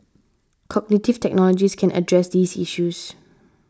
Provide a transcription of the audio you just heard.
cognitive technologies can address these issues